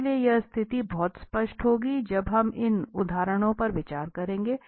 इसलिए यह स्थिति बहुत स्पष्ट होगी जब हम इन उदाहरणों पर विचार करेंगे